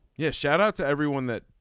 yes. shout out to everyone that